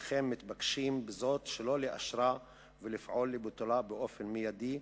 הינכם מתבקשים בזאת שלא לאשרה ולפעול לביטולה באופן מיידי".